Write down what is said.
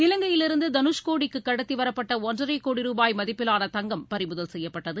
இலங்கையிலிருந்து தனுஷ்கோடிக்கு கடத்திவரப்பட்ட ஒன்றரை கோடி ரூபாய் மதிப்பிலான தங்கம் பறிமுதல் செய்யப்பட்டது